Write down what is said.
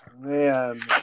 man